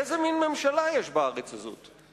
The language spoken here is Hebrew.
איזה מין ממשלה יש בארץ הזאת?